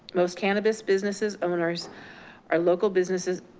most cannabis businesses owners are local businesses,